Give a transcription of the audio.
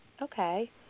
Okay